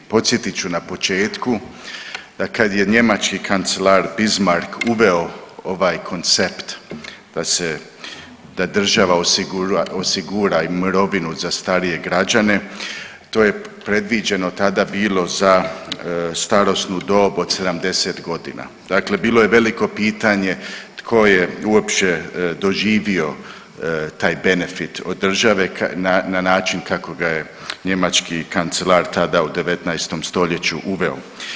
Podsjetit ću na početku da kad je njemački kancelar Bismarck uveo ovaj koncept da se, da država osigura, osigura mirovinu za starije građane, to je predviđeno tada bilo za starosnu dob od 70.g., dakle bilo je veliko pitanje tko je uopće doživio taj benefit od države na način kako ga je njemački kancelar tada u 19. stoljeću uveo.